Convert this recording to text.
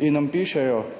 in nam pišejo,